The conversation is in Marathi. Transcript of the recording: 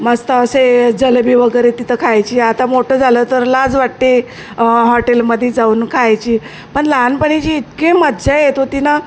मस्त असे जलेबी वगरे तिथं खायची आता मोठं झालं तर लाज वाटते हॉटेलमध्ये जाऊन खायची पण लहानपणीची इतकी मज्जा येत होती ना